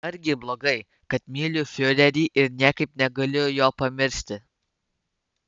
argi blogai kad myliu fiurerį ir niekaip negaliu jo pamiršti